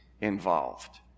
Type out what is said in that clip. involved